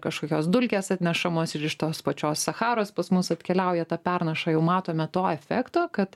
kažkokios dulkės atnešamos ir iš tos pačios sacharos pas mus atkeliauja ta pernaša jau matome to efekto kad